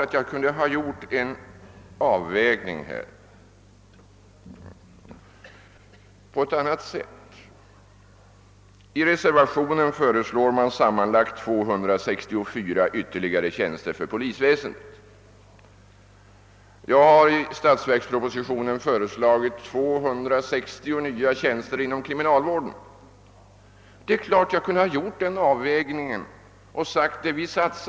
Inte heller hade jag någon anledning att klaga över finansministerns behandling av mina förslag när jag hade fått en så väsentlig andel av den lilla kaka som fanns att fördela. Självfallet kunde jag dock ha gjort avvägningen på ett annat sätt.